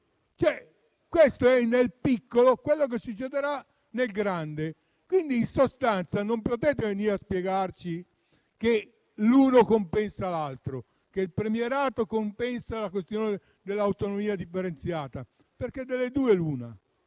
Questo è nel piccolo quello che succederà nel grande livello. Non potete venire a spiegarci che l'uno compensa l'altro, ossia che il premierato compensa la questione dell'autonomia differenziata, perché o c'è l'uno